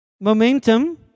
momentum